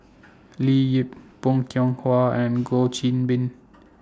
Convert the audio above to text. Leo Yip Bong Hiong Hwa and Goh Qiu Bin